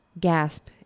Gasp